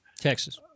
Texas